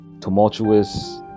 tumultuous